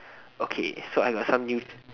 okay so I got some new